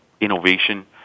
innovation